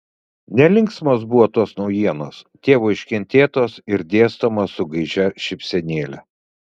nelinksmos buvo tos naujienos tėvo iškentėtos ir dėstomos su gaižia šypsenėle